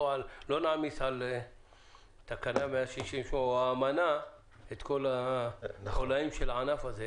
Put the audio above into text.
לא נעמיס על תקנה 168 או על האמנה את כל החוליים של הענף הזה.